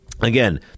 Again